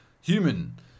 human